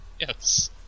Yes